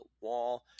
wall